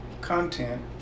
content